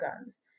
guns